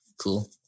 Cool